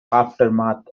aftermath